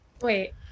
Wait